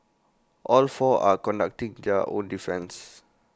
all of four are conducting their own defence